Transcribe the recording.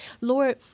Lord